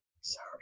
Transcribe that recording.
sorry